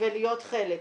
ולהיות חלק.